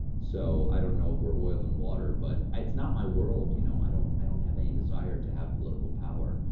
so i don't know if we're oil and water. but it's not my world. you know i don't i don't have any desire to have political power.